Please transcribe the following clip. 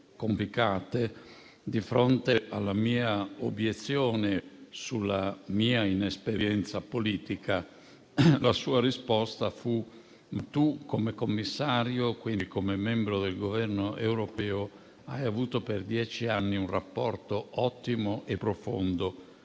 complicate, di fronte alla mia obiezione sulla mia inesperienza politica, la sua risposta fu che io, come commissario, quindi come membro del Governo europeo, avevo avuto per dieci anni un rapporto ottimo e profondo